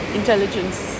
intelligence